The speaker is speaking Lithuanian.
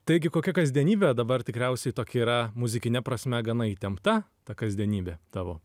taigi kokia kasdienybė dabar tikriausiai tokia yra muzikine prasme gana įtempta ta kasdienybė tavo